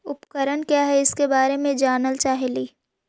उपकरण क्या है इसके बारे मे जानल चाहेली?